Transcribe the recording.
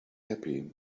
happy